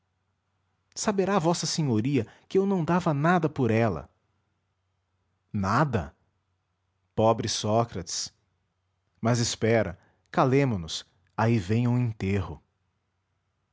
saberá vossa senhoria que eu não dava nada por ela nada pobre sócrates mas espera calemo nos aí vem um enterro